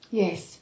yes